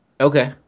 Okay